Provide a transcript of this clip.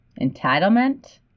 entitlement